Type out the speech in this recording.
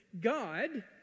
God